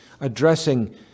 addressing